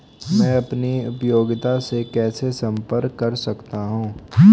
मैं अपनी उपयोगिता से कैसे संपर्क कर सकता हूँ?